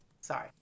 Sorry